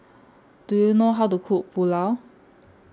Do YOU know How to Cook Pulao